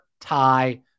tie